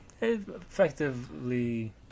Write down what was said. Effectively